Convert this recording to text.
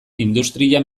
industria